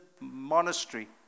monastery